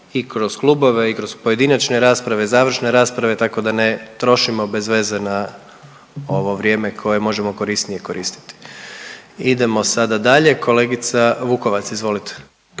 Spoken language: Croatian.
i kroz klubova i kroz pojedinačne rasprave, završne rasprave tako da ne trošimo bez veze ovo vrijeme koje možemo korisnije koristiti. Idemo sada dalje, kolegica Vukovac izvolite.